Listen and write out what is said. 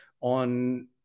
on